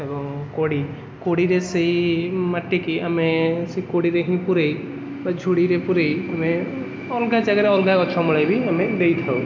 ତେଣୁ କୋଡ଼ି କୋଡ଼ିରେ ସେଇ ମାଟିକୁ ଆମେ ସେ କୋଡ଼ିରେ ହିଁ ପୂରାଇ ବା ଝୁଡ଼ିରେ ପୂରାଇ ଆମେ ଅଲଗା ଜାଗାରେ ଅଲଗା ଗଛମୂଳେ ବି ଆମେ ଦେଇଥାଉ